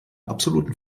absoluten